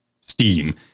Steam